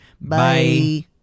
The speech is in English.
Bye